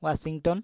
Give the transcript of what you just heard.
Washington